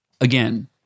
again